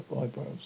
eyebrows